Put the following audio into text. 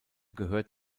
gehört